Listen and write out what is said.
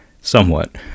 somewhat